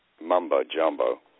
mumbo-jumbo